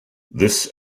this